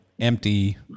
empty